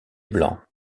blanc